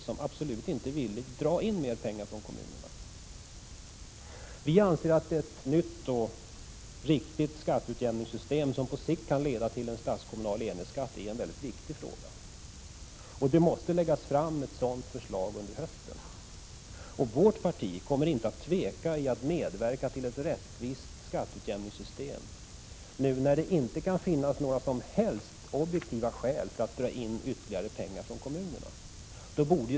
Vi ville absolut inte dra pengar från kommunerna. Vi anser att ett nytt och riktigt skatteutjämningssystem, som på sikt kan leda till en statskommunal enhetsskatt, är en viktig fråga. Ett sådant förslag måste läggas fram under hösten. Vårt parti kommer inte att tveka att medverka till tillkomsten av ett rättvist skatteutjämningssystem, nu när det inte kan finnas några som helst objektiva skäl till att dra in ytterligare pengar från kommunerna.